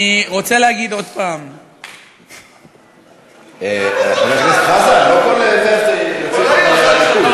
אני רוצה להגיד עוד הפעם, מה זה הלכה לנוח?